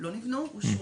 לא נבנו, אושרו.